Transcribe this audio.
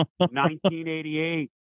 1988